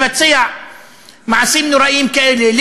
לבצע מעשים נוראים כאלה,